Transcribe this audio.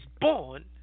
born